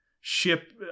ship